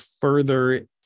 further